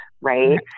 right